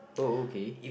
uh okay